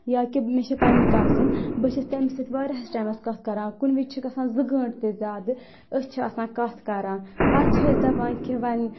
یا کہِ مےٚ چھِ پَنٕنۍ کَزٕن بہٕ چھَس تمِس سۭتۍ واریَہَس ٹایِٚمَس کَتھ کَران کُنہِ وِز چھِ گژھان ذٕ گٲنٛٹہٕ تہِ زیادٕ أسۍ چھِ آسان کَتھ کَران پَتہٕ چھِ أسۍ دَپان کہِ وَنۍ